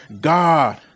God